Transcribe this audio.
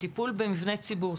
טיפול במבני ציבור.